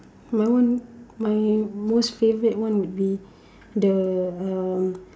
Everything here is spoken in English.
my one my most favourite one would be the um